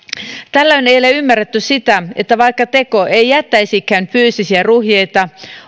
tällöin ei ole ymmärretty sitä että vaikka teko ei jättäisikään fyysisiä ruhjeita